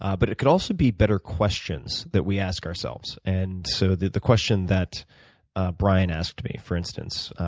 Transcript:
ah but it could also be better questions that we ask ourselves. and so the the question that bryan asked me, for instance,